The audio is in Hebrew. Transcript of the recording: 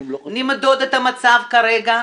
נמדוד את המצב כרגע.